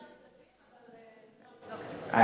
זה נשמע לי סביר, אבל אפשר לבדוק את זה.